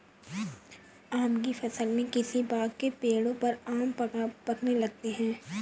आम की फ़सल में किसी बाग़ के पेड़ों पर आम पकने लगते हैं